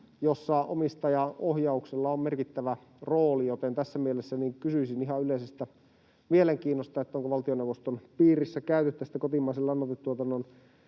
jossa omistajaohjauksella on merkittävä rooli, joten tässä mielessä kysyisin ihan yleisestä mielenkiinnosta: onko valtioneuvoston piirissä käyty tästä kotimaisen lannoitetuotannon